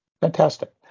fantastic